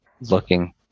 looking